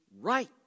right